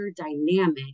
dynamic